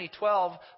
2012